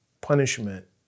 punishment